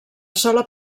sola